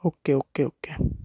okay okay okay